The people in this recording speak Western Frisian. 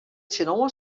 tsjinoan